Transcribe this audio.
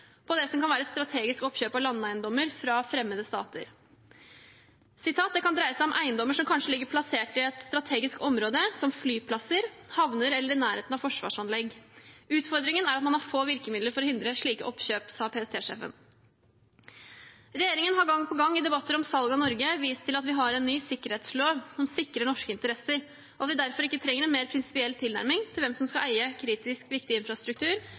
på det som kan være strategisk oppkjøp av landeiendommer fra fremmede stater: «Det kan dreie seg om eiendommer som kanskje ligger plassert i et strategisk område, som flyplasser, havner eller i nærheten av forsvarsanlegg utfordringen er at man har få virkemidler for å hindre slike oppkjøp», sa PST-sjefen. Regjeringen har gang på gang i debatter om salg av Norge vist til at vi har en ny sikkerhetslov som sikrer norske interesser, og at vi derfor ikke trenger noen mer prinsipiell tilnærming til hvem som skal eie kritisk viktig infrastruktur,